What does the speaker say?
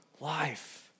life